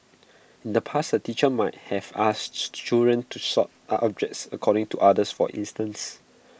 in the past A teacher might have asked children to sort are objects according to others for instance